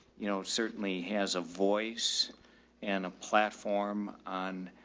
you know, certainly has a voice and a platform on,